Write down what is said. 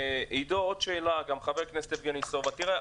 חבר הכנסת סובה, בבקשה.